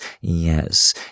yes